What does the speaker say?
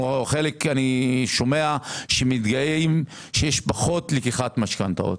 שומע שמתגאים שיש פחות לקיחת משכנתאות.